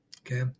okay